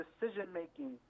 decision-making